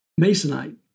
Masonite